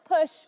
push